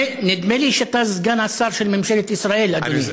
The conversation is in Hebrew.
נדמה לי שאתה סגן השר של ממשלת ישראל, אדוני.